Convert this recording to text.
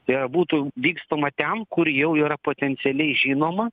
tai yra būtų vykstama ten kur jau yra potencialiai žinoma